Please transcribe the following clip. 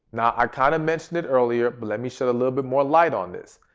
now, i kind of mentioned it earlier but let me shed a little bit more light on this.